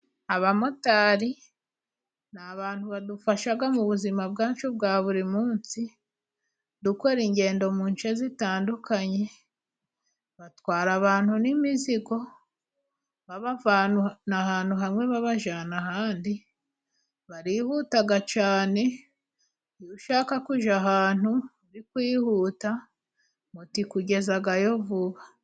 Abamotari ni abantu badufasha mu buzima bwacu bwa buri munsi ,dukora ingendo mu nshe zitandukanye ,batwara abantu n'imizigo ,babavana ahantu hamwe babajyana ahandi ,barihuta cyane, iyo ushaka kujya ahantu uri kwihuta moto ikugezayo vuba.